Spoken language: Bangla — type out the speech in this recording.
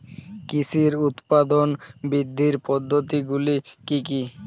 কৃষির উৎপাদন বৃদ্ধির পদ্ধতিগুলি কী কী?